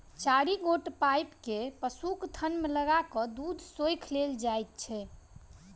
चारि गोट पाइप के पशुक थन मे लगा क दूध सोइख लेल जाइत छै